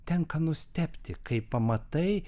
tenka nustebti kai pamatai